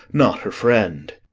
not her friend.